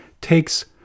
takes